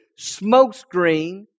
smokescreen